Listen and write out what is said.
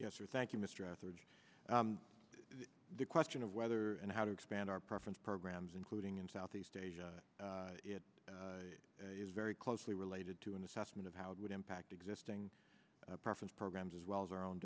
yes or thank you mr afterwards the question of whether and how to expand our preference programs including in southeast asia it is very closely related to an assessment of how it would impact existing preference programs as well as our own